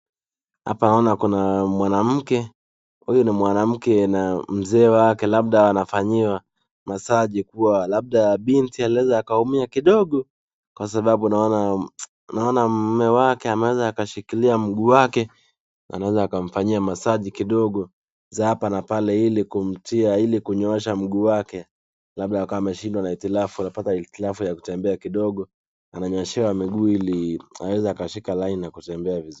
Hapa naona kuna mwanamke, huyu ni mwanamke na mzee wake labda anafanyiwa massage ,labda binti aliweza akaumia kidogo kwa sababu naona mume wake ameweza akashikilia mguu wake, anaweza akamfanyia masaji kidogo za hapa na pale ili kunyoosha mguu wake labda alikuwa ameshikwa na hitilafu, amepata hitilafu ya kutembea kidogo, ananyoshewa miguu ili aweze akashika laini na kutembea vizuri.